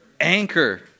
Anchor